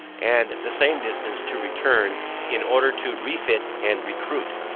and the same distance to return in order to refit and recruit.